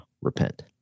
repent